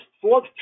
fourth